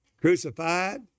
crucified